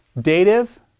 dative